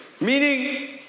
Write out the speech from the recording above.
Meaning